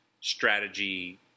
strategy